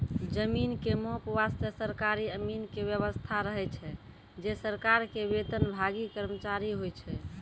जमीन के माप वास्तॅ सरकारी अमीन के व्यवस्था रहै छै जे सरकार के वेतनभागी कर्मचारी होय छै